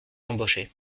embauché